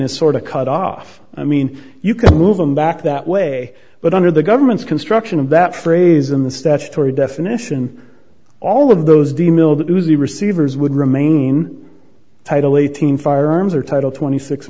is sort of cut off i mean you can move them back that way but under the government's construction of that phrase in the statutory definition all of those the mill that was the receivers would remain title eighteen firearms or title twenty six